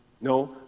No